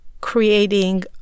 creating